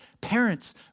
Parents